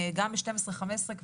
גם בגילאי 15-12 יש